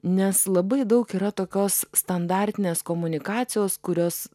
nes labai daug yra tokios standartinės komunikacijos kurios